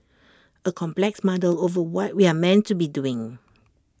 A complex muddle over what we're meant to be doing